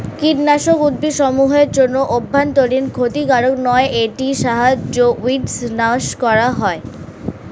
কীটনাশক উদ্ভিদসমূহ এর জন্য অভ্যন্তরীন ক্ষতিকারক নয় এটির সাহায্যে উইড্স নাস করা হয়